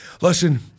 Listen